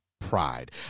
pride